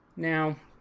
now,